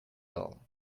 all